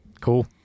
cool